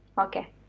okay